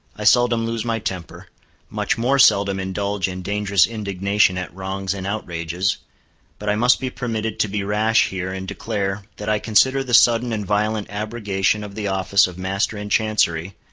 i seldom lose my temper much more seldom indulge in dangerous indignation at wrongs and outrages but i must be permitted to be rash here and declare, that i consider the sudden and violent abrogation of the office of master in chancery,